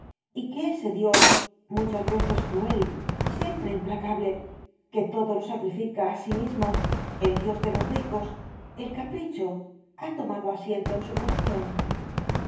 y que ese dios muchas veces cruel siempre implacable que todo lo sacrifica á sí mismo el dios de los ricos el capricho ha tomado asiento en su corazón